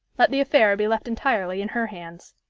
let the affair be left entirely in her hands.